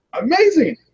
Amazing